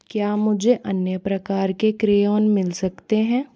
क्या मुझे अन्य प्रकार के क्रेयॉन मिल सकते हैं